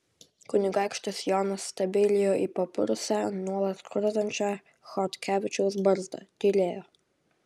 kunigaikštis jonas stebeilijo į papurusią nuolat krutančią chodkevičiaus barzdą tylėjo